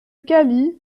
cali